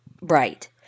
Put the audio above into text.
Right